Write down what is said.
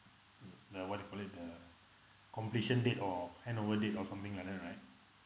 the what you do call it the completion date or handover date or something like that right